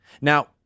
Now